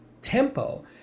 tempo